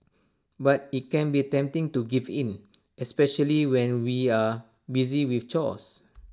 but IT can be tempting to give in especially when we are busy with chores